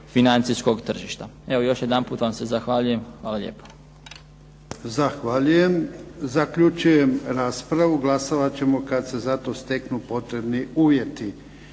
financijskog tržišta. Evo još jedanput vam se zahvaljujem. Hvala lijepo. **Jarnjak, Ivan (HDZ)** Zahvaljujem. Zaključujem raspravu. Glasovat ćemo kad se za to steknu potrebni uvjeti.